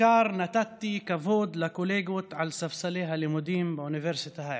בעיקר נתתי כבוד לקולגות על ספסלי הלימודים באוניברסיטה העברית.